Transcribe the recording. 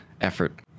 effort